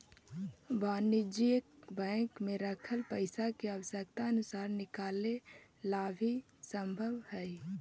वाणिज्यिक बैंक में रखल पइसा के आवश्यकता अनुसार निकाले ला भी संभव हइ